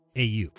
AU